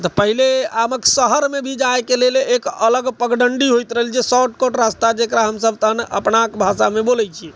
पहिले आबके शहरमे भी जाइके लेल एक अलग पगडण्डी होइत रहल शार्टकट रास्ता जकरा हम सभ तहन अपना भाषामे बोलै छी